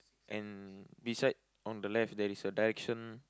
and beside on the left there is a direction